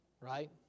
right